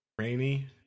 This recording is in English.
Rainy